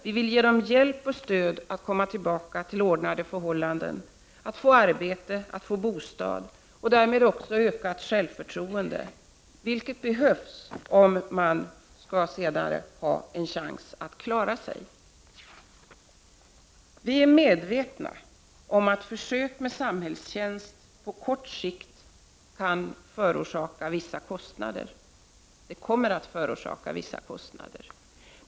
Vi vill ge dem hjälp och stöd att komma tillbaka till ordnade förhållanden med arbete, bostad och självförtroende, vilket behövs om de senare skall ha en chans att klara sig. Vi är medvetna om att försök med samhällstjänst på kort sikt förorsakar vissa kostnader.